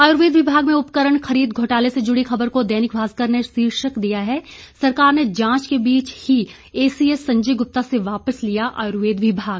आयुर्वेद विभाग में उपकरण खरीद घोटाले से जुड़ी खबर को दैनिक भास्कर ने शीर्षक दिया है सरकार ने जांच के बीच ही एसीएस संजय गुप्ता से वापस लिया आयुर्वेद विभाग